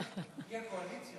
היא הקואליציה.